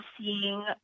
seeing